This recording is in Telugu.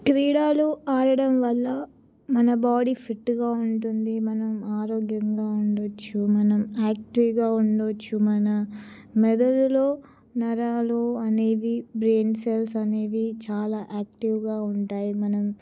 క్రీడలు ఆడడం వల్ల మన బాడీ ఫిట్గా ఉంటుంది మనం ఆరోగ్యంగా ఉండొచ్చు మనం యాక్టివ్గా ఉండొచ్చు మన మెదడులో నరాలు అనేవి బ్రెయిన్ సెల్స్ అనేవి చాలా యాక్టివ్గా ఉంటాయి మనం